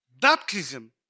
baptism